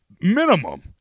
Minimum